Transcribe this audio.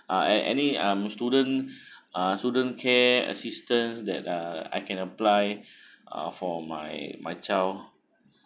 ah at any um student uh student care assistance that uh I can apply uh for my my child